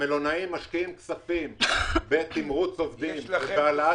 המלונאים משקיעים כספים בתמרוץ עובדים ובהעלאת